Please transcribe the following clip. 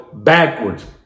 backwards